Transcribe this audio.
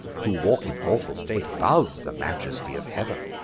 who walk in awful state above, the majesty of heav'n,